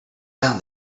down